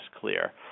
clear